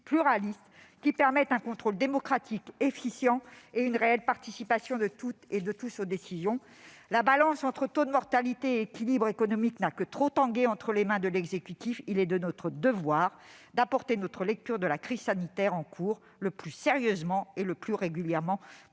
permettant un contrôle démocratique efficient et une réelle participation de toutes et de tous aux décisions. La balance entre taux de mortalité et équilibre économique n'a que trop tangué entre les mains de l'exécutif. Il est de notre devoir d'apporter notre lecture de la crise sanitaire en cours le plus sérieusement et le plus régulièrement